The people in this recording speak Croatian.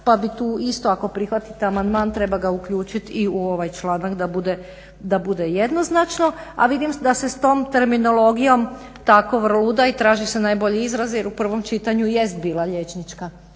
pa bi tu isto ako prihvatite amandman treba ga uključiti i u ovaj članak da bude jednoznačno. A vidim da se s tom terminologijom tako vrluda i traži se najbolji izraz jer u prvom čitanju jest bila liječnička